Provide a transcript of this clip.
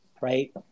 right